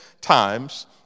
times